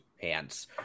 hands